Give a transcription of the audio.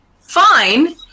fine